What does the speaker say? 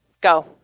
Go